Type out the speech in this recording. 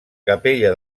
capella